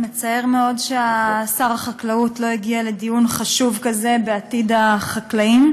מצער מאוד ששר החקלאות לא הגיע לדיון חשוב כזה בעתיד החקלאים,